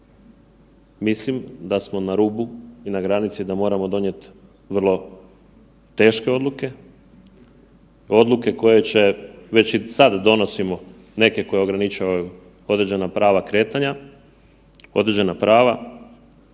Mislim da smo na rubu i na granici da moramo donijeti vrlo teške odluke, odluke koje će već i sad donosimo neke koje ograničavaju određena prava kretanja, određena prava.